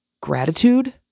gratitude